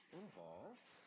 involved